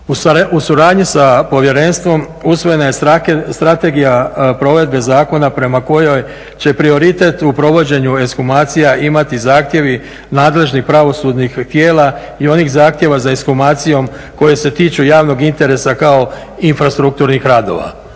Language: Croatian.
U suradnji sa povjerenstvom usvojena je Strategija provedbe zakona prema kojoj će prioritet u provođenju ekshumacija imati zahtjevi nadležnih pravosudnih tijela i onih zahtjeva za ekshumacijom koji se tiču javnog interesa kao infrastrukturnih radova.